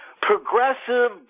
progressive